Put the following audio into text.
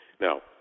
now